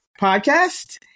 podcast